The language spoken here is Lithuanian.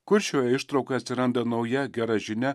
kur šioje ištraukoje atsiranda nauja gera žinia